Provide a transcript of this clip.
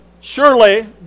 surely